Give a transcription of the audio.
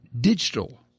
digital